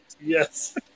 Yes